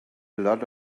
lot